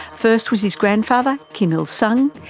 first was his grandfather, kim il-sung,